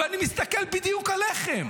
ואני מסתכל בדיוק עליכם.